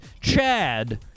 Chad